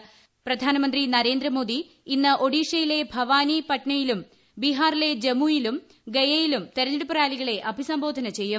പ്രധാന്യമിന്ത്രി നരേന്ദ്രമോദി ഇന്ന് ഒഡീഷയിലെ ഭവാനി പട്നയിലുട് ബീഹാറിലെ ജമുയിലും ഗയയിലും തെരഞ്ഞെടുപ്പ് റാലികള്ള അഭിസംബോധന ചെയ്യും